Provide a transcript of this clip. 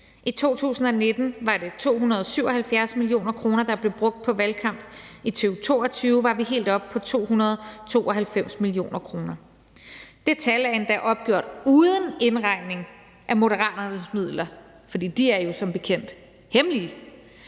I 2019 var det 277 mio. kr., der blev brugt på valgkamp; 2022 var vi helt oppe på 292 mio. kr. Det tal er endda opgjort uden indregning af Moderaternes midler, for de er jo som bekendt hemmelige,